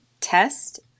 test